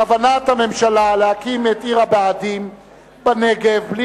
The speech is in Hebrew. כוונת הממשלה להקים את עיר הבה"דים בנגב בלי